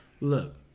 Look